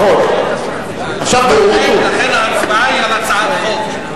לכן ההצבעה היא על הצעת חוק.